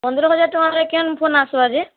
ପନ୍ଦର୍ ହଜାର୍ ଟଙ୍କାରେ କେନ୍ ଫୋନ୍ ଆସ୍ବା ଯେ